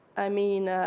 i mean,